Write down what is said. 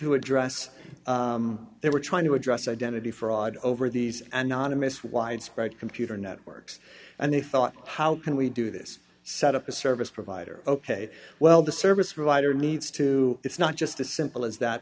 to address they were trying to address identity fraud over these anonymous widespread computer networks and they thought how can we do this set up a service provider ok well the service provider needs to it's not just a simple as that